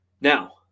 Now